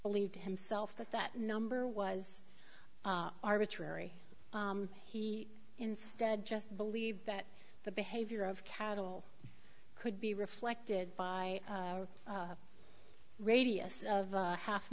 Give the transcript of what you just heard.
believed himself that that number was arbitrary he instead just believed that the behavior of cattle could be reflected by a radius of a half